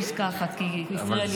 פסקה אחת, כי אלמוג הפריע לי.